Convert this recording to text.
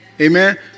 amen